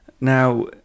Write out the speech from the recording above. Now